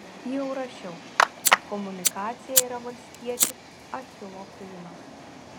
jau rašiau kad komunikacija yra valstiečių achilo kulnas